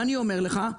אני אומר לך,